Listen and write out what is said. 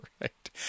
right